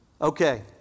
Okay